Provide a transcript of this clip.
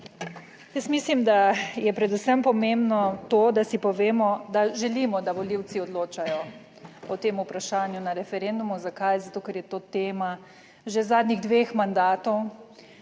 Jaz mislim, da je predvsem pomembno to, da si povemo, da želimo, da volivci odločajo o tem vprašanju na referendumu. Zakaj? Zato, ker je to tema že zadnjih dveh mandatov.